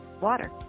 water